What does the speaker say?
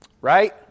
Right